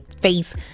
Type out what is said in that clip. face